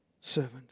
servant